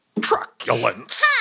truculence